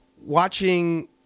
watching